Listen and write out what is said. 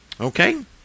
Okay